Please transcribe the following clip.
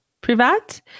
Privat